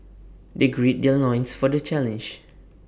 they gird their loins for the challenge